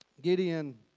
Gideon